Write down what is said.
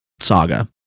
Saga